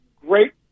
great